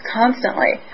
constantly